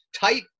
tight